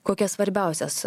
kokias svarbiausias